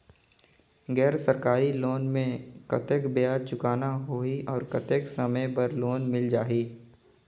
गैर सरकारी लोन मे कतेक ब्याज चुकाना होही और कतेक समय बर लोन मिल जाहि?